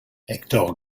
hector